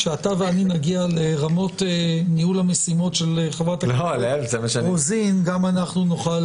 כשאתה ואני נגיע לרמות ניהול המשימות של חברת הכנסת רוזין גם אנחנו נוכל